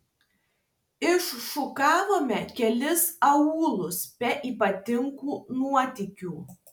iššukavome kelis aūlus be ypatingų nuotykių